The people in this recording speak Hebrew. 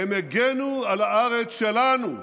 הם הגנו על הארץ שלנו,